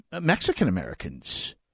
Mexican-Americans